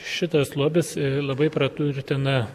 šitas lobis labai praturtina